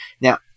Now